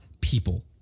people